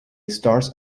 starts